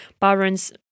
parents